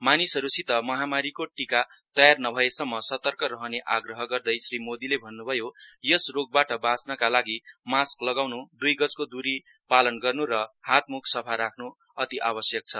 मानिसहरूसित महामारीको टीका तयार नभएसम्म सतर्क रहने आग्रह गर्दै श्री मोदीले भ्नुभयो यस रोगवाट बाँच्नका लागि मास्क लगाउनु दुई गजको दूरी पालन गर्नु र हात मुख सफा राख्नु अति आवश्यक छ